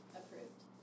approved